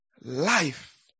life